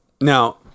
Now